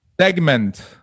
segment